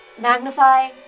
Magnify